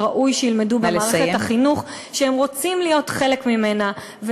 שראוי שילמדו במערכת החינוך שהם רוצים להיות חלק ממנה,